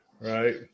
right